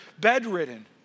bedridden